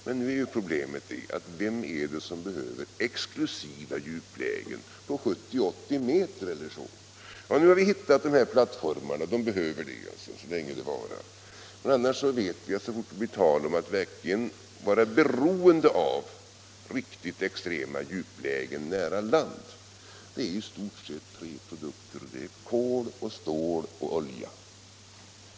Men problemet är: Vem är det som behöver en exklusiv djuphamn på 70-80 m? Nu har vi hittat de här plattformarna. För dessa behöver man detta djup — så länge det varar. Men annars vet vi att det i stort sett är tre produkter — kol, stål och olja — som är verkligt beroende av riktigt extrema djuplägen nära land.